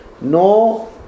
no